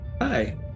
Hi